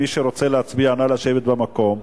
מי שרוצה להצביע, נא לשבת במקום.